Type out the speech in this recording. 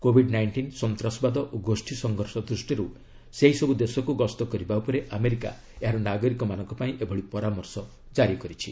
Covid nineteen ସନ୍ତାସବାଦ ଓ ଗୋଷ୍ଠୀ ସଂଘର୍ଷ ଦୃଷ୍ଟିରୁ ସେହିସବୁ ଦେଶକୁ ଗସ୍ତ କରିବା ଉପରେ ଆମେରିକା ଏହାର ନାଗରିକମାନଙ୍କ ପାଇଁ ଏଭଳି ପରାମର୍ଶ ଜାରି କରିଛି